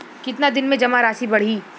कितना दिन में जमा राशि बढ़ी?